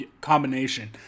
combination